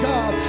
God